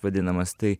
vadinamas tai